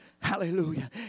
hallelujah